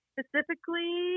Specifically